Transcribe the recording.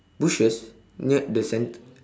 bushes near the center